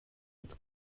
with